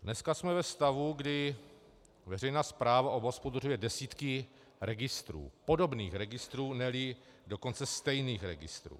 Dneska jsme ve stavu, kdy veřejná správa obhospodařuje desítky registrů, podobných registrů, neli dokonce stejných registrů.